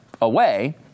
away